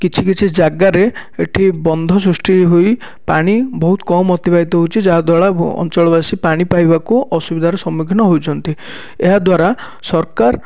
କିଛି କିଛି ଜାଗାରେ ଏଠି ବନ୍ଧ ସୃଷ୍ଟି ହୋଇ ପାଣି ବହୁତ୍ କମ୍ ଅତିବାହିତ ହେଉଛି ଯାହାଦ୍ୱାରା ଅଞ୍ଚଳବାସୀ ପାଣି ପାଇବାକୁ ଅସୁବିଧା ର ସମ୍ମୁଖୀନ ହୋଇଛନ୍ତି ଏହାଦ୍ୱାରା ସରକାର